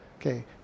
okay